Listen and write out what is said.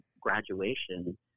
graduation